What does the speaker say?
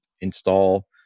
install